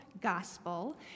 gospel